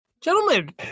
Gentlemen